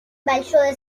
большое